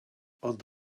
ond